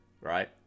right